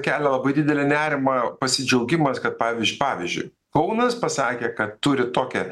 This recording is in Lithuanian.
kelia labai didelį nerimą pasidžiaugimas kad pavyzdžiui pavyzdžiui kaunas pasakė kad turi tokią